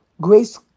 grace